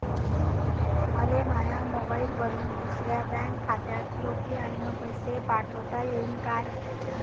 मले माह्या मोबाईलवरून दुसऱ्या बँक खात्यात यू.पी.आय न पैसे पाठोता येईन काय?